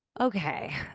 Okay